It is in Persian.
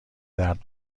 درد